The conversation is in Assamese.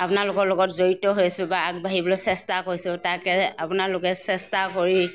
আপোনালোকৰ লগৰ জড়িত হৈছোঁ বা আগবাঢ়িবলৈ চেষ্টা কৰিছোঁ তাকে আপোনালোকে চেষ্টা কৰি